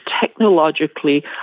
technologically